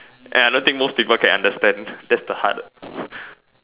and I don't think most people can understand that's the hard